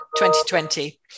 2020